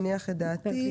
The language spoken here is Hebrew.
מניח את דעתי.